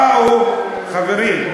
חברים,